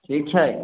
ठीक छै